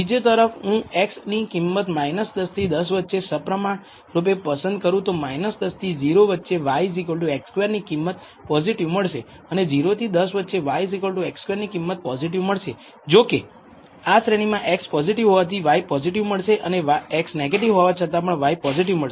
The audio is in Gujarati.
બીજી તરફ જો હું x ની કિંમત 10 થી 10 વચ્ચે સપ્રમાણરૂપે પસંદ કરું તો 10 થી 0 વચ્ચે yx2 ની કિંમત પોઝિટિવ મળશે અને 0 થી 10 વચ્ચે yx2 ની કિંમત પોઝિટિવ મળશે જોકે આ શ્રેણીમાં x પોઝિટિવ હોવાથી y પોઝિટિવ મળશે અને x નેગેટીવ હોવા છતાં પણ y પોઝિટિવ મળશે